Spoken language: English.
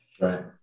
Right